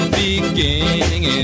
beginning